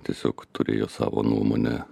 tiesiog turėjo savo nuomonę